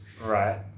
right